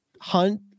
Hunt –